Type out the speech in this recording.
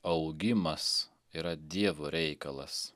augimas yra dievo reikalas